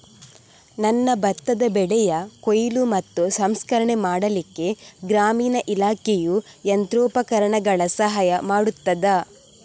ನನ್ನ ಭತ್ತದ ಬೆಳೆಯ ಕೊಯ್ಲು ಮತ್ತು ಸಂಸ್ಕರಣೆ ಮಾಡಲಿಕ್ಕೆ ಗ್ರಾಮೀಣ ಇಲಾಖೆಯು ಯಂತ್ರೋಪಕರಣಗಳ ಸಹಾಯ ಮಾಡುತ್ತದಾ?